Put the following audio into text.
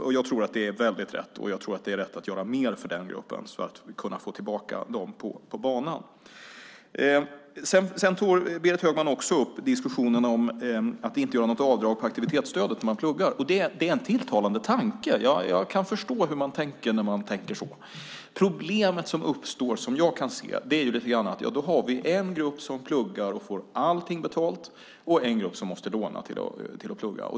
Det tror jag är helt rätt, och jag tror också att det är rätt att göra mer för just den gruppen så att vi får tillbaka dem på banan. Berit Högman tog även upp diskussionen om att inte göra något avdrag på aktivitetsstödet om man pluggar. Det är en tilltalande tanke. Jag kan förstå hur man tänker där. Problemet, som jag ser det, uppstår genom att vi därmed har en grupp som pluggar och får allt betalt och en annan grupp som måste låna för att kunna plugga.